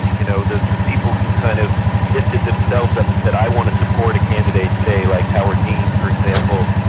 you know the the people who kind of lifted themselves up and said i want to support a candidate, say, like howard dean, for example,